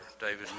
David